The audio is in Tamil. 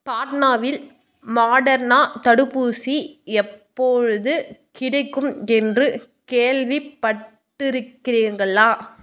பாட்டனாவில் மாடர்னா தடுப்பூசி எப்பொழுது கிடைக்கும் என்று கேள்விப்பட்டிருக்கிறீங்களா